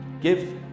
give